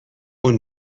اون